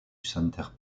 center